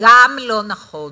גם לא נכון.